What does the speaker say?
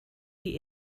die